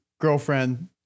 girlfriend